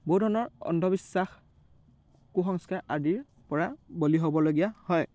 বহু ধৰণৰ অন্ধবিশ্বাস কুসংস্কাৰ আদিৰ পৰা বলি হ'বলগীয়া হয়